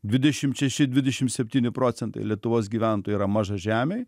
dvidešim šeši dvidešim septyni procentai lietuvos gyventojų yra mažažemiai